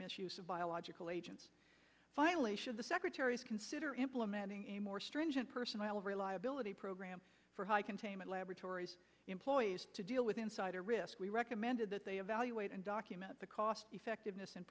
misuse of biological agents finally should the secretary's consider implementing a more stringent personnel reliability program for high containment laboratories employ to deal with insider risk we recommended that they evaluate and document the cost effective